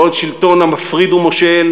לא עוד שלטון המפריד ומושל,